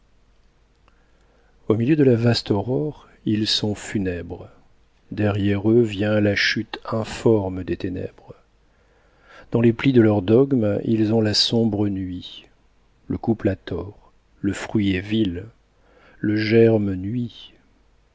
au milieu de la vaste aurore ils sont funèbres derrière eux vient la chute informe des ténèbres dans les plis de leur dogme ils ont la sombre nuit le couple a tort le fruit est vil le germe nuit